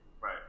Right